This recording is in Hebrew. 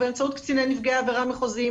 באמצעות קציני נפגעי עבירה מחוזיים,